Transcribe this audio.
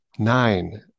Nine